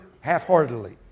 half-heartedly